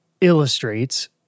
illustrates